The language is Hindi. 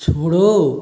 छोड़ो